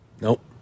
Nope